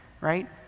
right